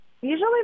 usually